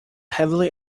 heavily